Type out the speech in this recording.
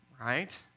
right